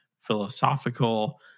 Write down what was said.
philosophical